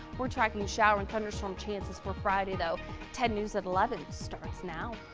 we're tracking shower and thunderstorm chances for friday, though ten news at eleven starts now.